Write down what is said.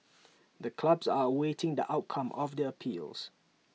the clubs are awaiting the outcome of their appeals